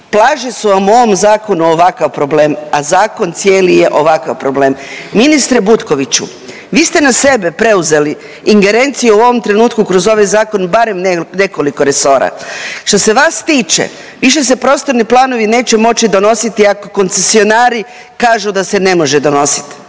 plaže su vam u ovom zakonu ovakav problem, a zakon cijeli je ovakav problem. Ministre Butkoviću vi ste na sebe preuzeli ingerencije u ovom trenutku kroz ovaj zakon barem u nekoliko resora. Što ste vas tiče više se prostorni planovi neće moći donositi ako koncesionari kažu da se ne može donositi.